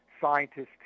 scientists